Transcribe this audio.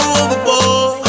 overboard